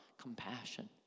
compassion